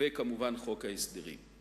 וכמובן את חוק ההסדרים.